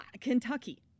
Kentucky